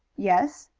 yes.